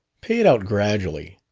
pay it out gradually.